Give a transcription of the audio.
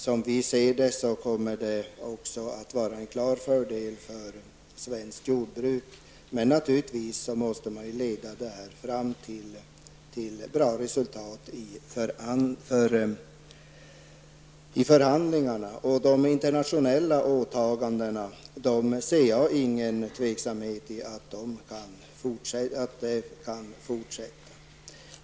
Som vi ser det kommer det också att innebära en klar fördel för svenskt jordbruk. Men man måste naturligtvis i förhandlingarna se till att det leder fram till ett bra resultat. De internationella åtagandena kan enligt min uppfattning med all säkerhet fortsätta.